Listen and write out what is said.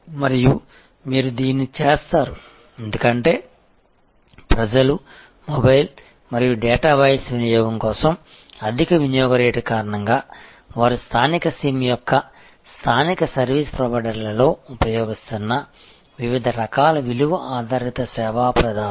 మరియు మీరు దీన్ని చేస్తారు ఎందుకంటే ప్రజలు మొబైల్ మరియు డేటా వాయిస్ వినియోగం కోసం అధిక వినియోగ రేటు కారణంగా వారు స్థానిక సిమ్ యొక్క స్థానిక సర్వీస్ ప్రొవైడర్లలో ఉపయోగిస్తున్న వివిధ రకాల విలువ ఆధారిత సేవా ప్రదాతలు